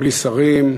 בלי שרים.